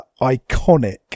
iconic